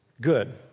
Good